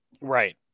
Right